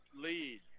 Lead